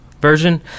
version